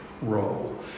role